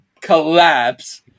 collapse